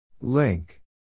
Link